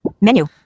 Menu